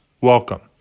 welcome